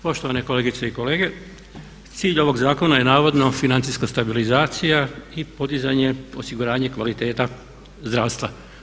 Poštovane kolegice i kolege, cilj ovog zakona je navodno financijska stabilizacija i podizanje osiguranja i kvaliteta zdravstva.